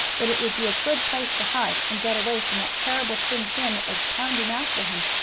that it would be a good place to hide and get away from that terrible tin can that was pounding after him,